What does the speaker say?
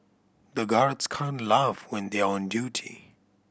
the guards can't laugh when they are on duty